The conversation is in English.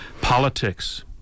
Politics